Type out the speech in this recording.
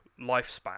lifespan